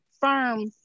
firm